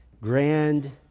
grand